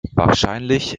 wahrscheinlich